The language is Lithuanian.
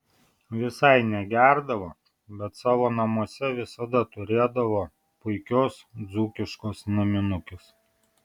visai negerdavo bet savo namuose visada turėdavo puikios dzūkiškos naminukės